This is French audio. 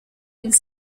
une